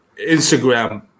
Instagram